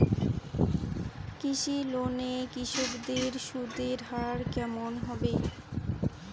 কৃষি লোন এ কৃষকদের সুদের হার কেমন হবে?